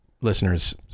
listeners